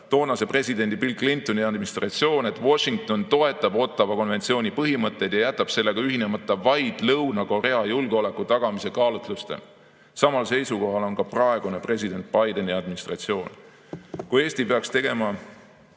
toonase presidendi Bill Clintoni administratsioon, et Washington toetab Ottawa konventsiooni põhimõtteid ja jätab sellega ühinemata vaid Lõuna-Korea julgeoleku tagamise kaalutlustel. Samal seisukohal on ka praeguse presidendi Bideni administratsioon. Kui Eesti peaks tegema